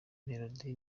mamelodi